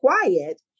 quiet